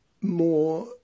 more